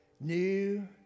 New